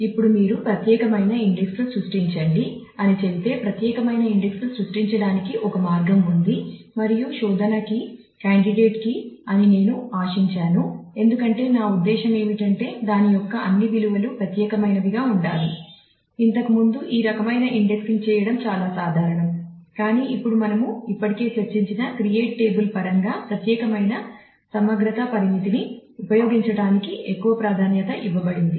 ఇప్పుడు మీరు ప్రత్యేకమైన ఇండెక్స్ ను సృష్టించండి అని చెబితే ప్రత్యేకమైన ఇండెక్స్ ను సృష్టించడానికి ఒక మార్గం ఉంది మరియు శోధన కీ కాండిడేట్ కీని ఉపయోగించటానికి ఎక్కువ ప్రాధాన్యత ఇవ్వబడింది